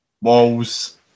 walls